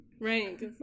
Right